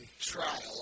trial